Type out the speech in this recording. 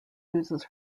uses